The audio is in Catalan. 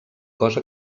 cosa